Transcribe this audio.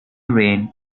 rain